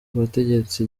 wategetse